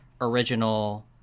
original